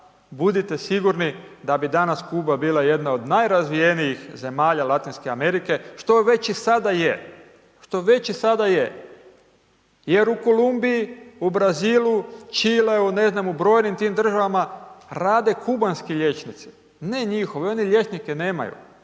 budite sigurni da bi danas Kuba bila jedna od najrazvijenijih zemalja Latinske Amerike, što već i sada je, što već i sada je, jer u Kolumbiji, u Brazilu, Čileu, ne znam, u brojnim tim državama rade kubanski liječnici, ne njihovi, oni liječnike nemaju,